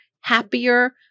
happier